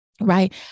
right